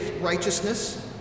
righteousness